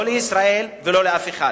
לא לישראל ולא לאף אחד.